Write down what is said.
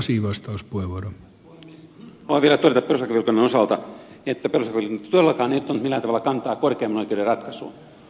haluan vielä todeta perustuslakivaliokunnan osalta että perustuslakivaliokunta ei todellakaan ottanut millään tavalla kantaa korkeimman oikeuden ratkaisuun